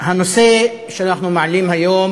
הנושא שאנחנו מעלים היום